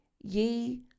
ye